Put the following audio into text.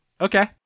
Okay